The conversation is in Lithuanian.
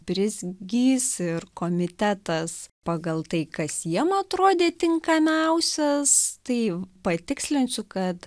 brizgys ir komitetas pagal tai kas jiem atrodė tinkamiausias tai patikslinsiu kad